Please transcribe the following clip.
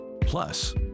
Plus